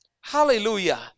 Hallelujah